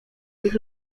ich